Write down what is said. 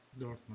Dortmund